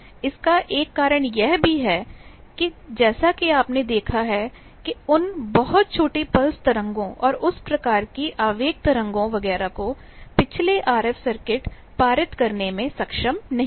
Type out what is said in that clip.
इसका एक कारण यह भी है कि जैसा कि आपने देखा है कि उन बहुत छोटी पल्स तरंगों और उस प्रकार की आवेग तरंगों वगैरह को पिछले आरएफ सर्किट पारित करने में सक्षम नहीं थे